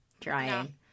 trying